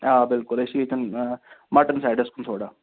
آ بلکل أسۍ چھِ ییٚتٮ۪ن مَٹَن سایڈَس کُن تھوڑا